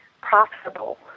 profitable